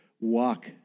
walk